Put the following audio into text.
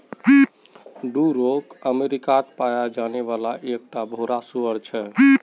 Duroc अमेरिकात पाया जाने वाला एक टा भूरा सूअर छे